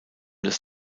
des